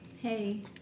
Hey